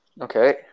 Okay